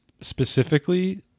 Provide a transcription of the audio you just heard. specifically